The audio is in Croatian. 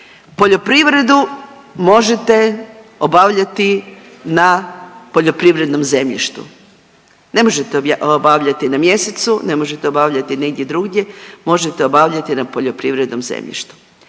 Poljoprivredu možete obavljati na poljoprivrednom zemljištu, ne možete obavljati na mjesecu, ne možete obavljati negdje drugdje, možete obavljati na poljoprivrednom zemljištu.